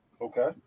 Okay